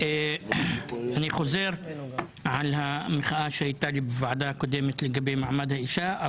אני חוזר על המחאה שהיתה לי בוועדה הקודמת לגבי מעמד האישה,